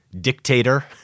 Dictator